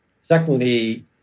Secondly